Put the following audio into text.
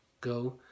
go